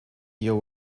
your